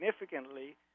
significantly